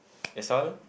that's all